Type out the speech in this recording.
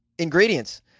ingredients